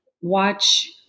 watch